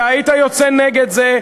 אתה היית יוצא נגד זה.